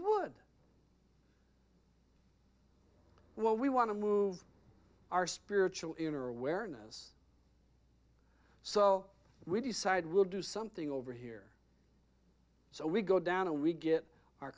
would when we want to move our spiritual inner awareness so we decided we'll do something over here so we go down and we get our